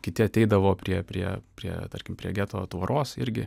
kiti ateidavo prie prie prie tarkim prie geto tvoros irgi